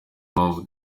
mpamvu